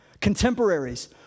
contemporaries